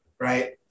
Right